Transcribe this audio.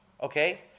Okay